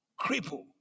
Cripple